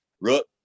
Rook